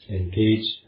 engage